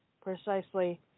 precisely